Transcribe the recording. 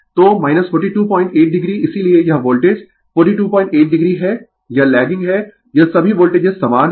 तो 428 o इसीलिये यह वोल्टेज 428 o है यह लैगिंग है यह सभी वोल्टेजेस समान है 447o